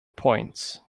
points